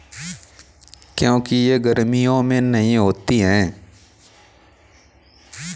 खरीफ फसले जैसे मूंग चावल सोयाबीन को बरसात के समय में क्यो बोया जाता है?